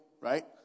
right